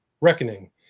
Reckoning